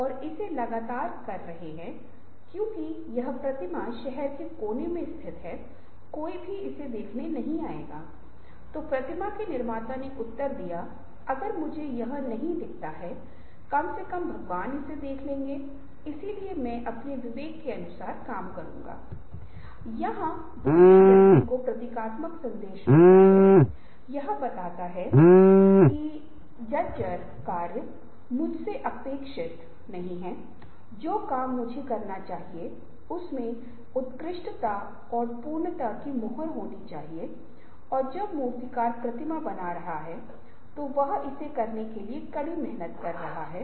और आउटपुट पक्ष में हमारे पास उत्पाद सेवाएँ और प्रक्रियाएं हैं लेकिन इसके बीच इनपुट से आउटपुट में परिवर्तन है रचनात्मकता से एक व्यक्ति समूहों और संगठनों के उत्पादों की सेवाओं और प्रक्रियाओं में जाता है बीच में एक परिवर्तन होता है